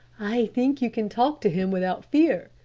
i think you can talk to him without fear,